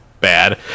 bad